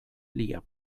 lia